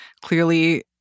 clearly